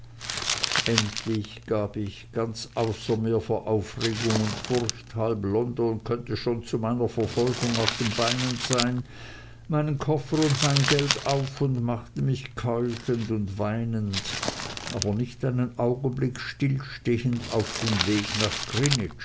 endlich gab ich ganz außer mir vor aufregung und furcht halb london könnte schon zu meiner verfolgung auf den beinen sein meinen koffer und mein geld auf und machte mich keuchend und weinend aber nicht einen augenblick still stehend auf den weg nach